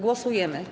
Głosujemy.